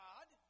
God